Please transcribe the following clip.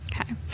Okay